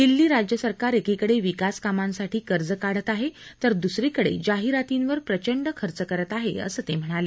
दिल्ली राज्यसरकार एकीकडे विकास कामांसाठी कर्ज का ति आहे तर दुसरीकडे जाहिरातींवर प्रचंड खर्च करत आहे असं ते म्हणाले